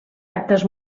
actes